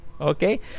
okay